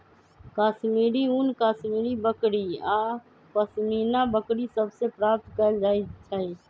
कश्मीरी ऊन कश्मीरी बकरि आऽ पशमीना बकरि सभ से प्राप्त कएल जाइ छइ